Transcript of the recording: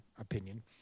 opinion